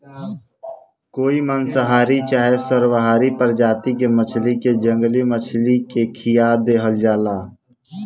कोई मांसाहारी चाहे सर्वाहारी प्रजाति के मछली के जंगली मछली के खीया देहल जाला